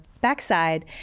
backside